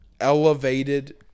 elevated